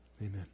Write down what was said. Amen